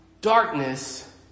darkness